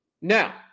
Now